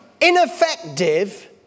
ineffective